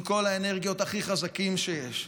עם כל האנרגיות, הכי חזקים שיש.